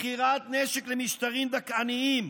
מכירת נשק למשטרים דכאניים,